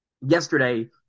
yesterday